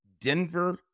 Denver